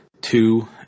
two